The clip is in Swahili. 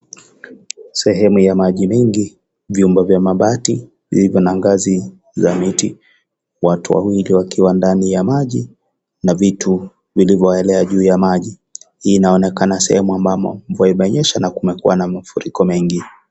Sehemu ya maji mingi, vyumba vya mabati vilivyo na ngazi za miti, watu wawili wakiwa ndani ya maji, na vitu vilivyoenea juu ya maji. Hii inaonekana sehemu ambamo mvua imenyesha na kumekuwa na mafuriko mengi.